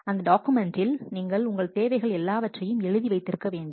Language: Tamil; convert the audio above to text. அந்த டாக்குமெண்டில் நீங்கள் உங்கள் தேவைகள் எல்லாவற்றையும் எழுதி வைத்திருக்க வேண்டும்